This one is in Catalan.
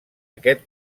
aquest